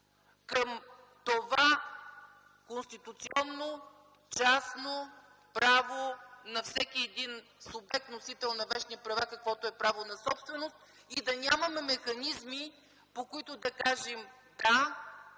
към това конституционно частно право на всеки един субект – носител на вещи права, каквото е правото на собственост, и да нямаме механизми, по които да кажем – да,